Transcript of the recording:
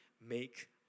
make